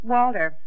Walter